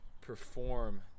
perform